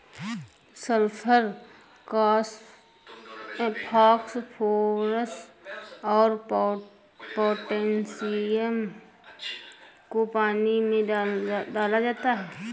sulphur phosphorus और potassium को पानी में डाला जाता है